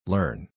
Learn